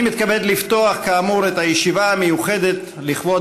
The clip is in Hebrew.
אני מתכבד לפתוח את הישיבה המיוחדת לכבוד